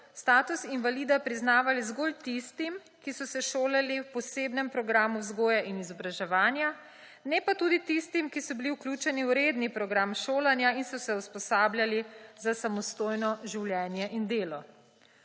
status invalida priznavali zgolj tistim, ki so se šolali v posebnem programu vzgoje in izobraževanja, ne pa tudi tistim, ki so bili vključeni v redni program šolanja in so se usposabljali za samostojno življenje in delo.